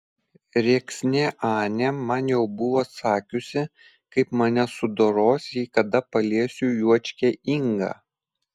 rėksnė anė man jau buvo sakiusi kaip mane sudoros jei kada paliesiu juočkę ingą